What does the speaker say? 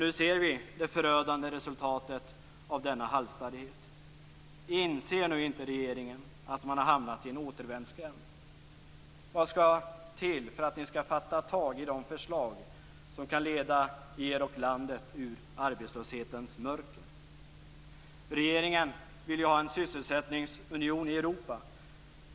Nu ser vid det förödande resultatet av denna halsstarrighet. Inser nu inte regeringen att man har hamnat i en återvändsgränd? Vad skall det till för att ni skall fatta tag i de förslag som kan leda er och landet ur arbetslöshetens mörker? Regeringen vill ha en sysselsättningsunion i Europa.